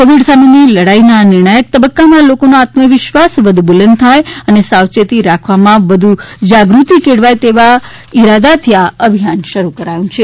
Covid સામેની લડાઈના આ નિર્ણાયક તબક્કામાં લોકોનો આત્મવિશ્વાસ વધુ બુલંદ થાય અને સાવચેતી રાખવામાં હજુ વધુ જાગૃતિ કેળવાય તેવા ઇરાદાથી આ અભિયાન શરૂ કરાયું છે